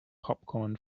popcorn